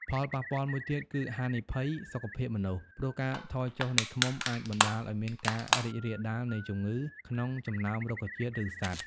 ផលប៉ះពាល់មួយទៀតគឺហានិភ័យសុខភាពមនុស្ស ព្រោះការថយចុះនៃឃ្មុំអាចបណ្តាលឲ្យមានការរីករាលដាលនៃជំងឺក្នុងចំណោមរុក្ខជាតិ ឬសត្វ។